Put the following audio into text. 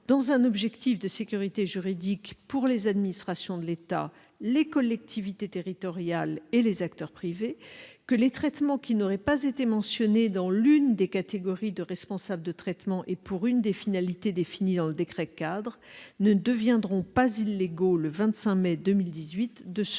Dans un objectif de sécurité juridique pour les administrations de l'État, les collectivités territoriales et les acteurs privés, il est prévu au travers de cet amendement que les traitements qui n'auraient pas été mentionnés dans l'une des catégories de responsables de traitement et pour une des finalités définies dans le décret-cade ne deviendront pas illégaux le 25 mai 2018 de ce